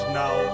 now